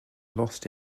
lost